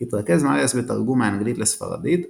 התרכז מריאס בתרגום מאנגלית לספרדית,